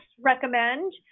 recommend